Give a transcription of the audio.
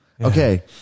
Okay